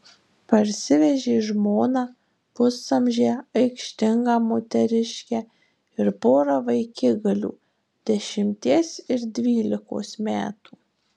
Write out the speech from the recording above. parsivežė žmoną pusamžę aikštingą moteriškę ir porą vaikigalių dešimties ir dvylikos metų